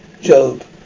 Job